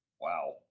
wow